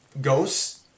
ghosts